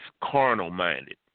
carnal-minded